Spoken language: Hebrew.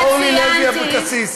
חברת הכנסת אורלי לוי אבקסיס,